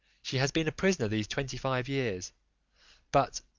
she has been a prisoner these twenty-five years but,